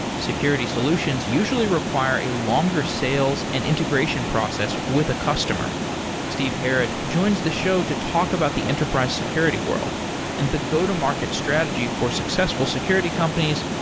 security solutions usually require a longer sales and integration process with a customer steve herrod joins the show to talk about the enterprise security world and the go-to-market strategy for successful security companies,